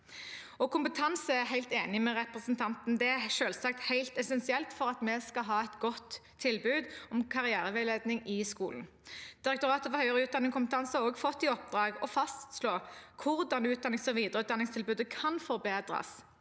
kompetanse, er jeg helt enig med representanten. Det er selvsagt helt essensielt for at vi skal ha et godt tilbud om karriereveiledning i skolen. Direktoratet for høyere utdanning og kompetanse har også fått i oppdrag å fastslå hvordan utdannings- og